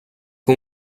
fue